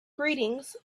greetings